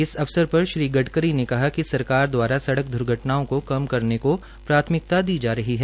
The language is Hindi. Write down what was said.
इस अवसर पर श्री गड़करी ने कहा कि सरकार दवारा सड़क द्र्घटनाओं को कम करने को प्राथमिकता दी जा रही है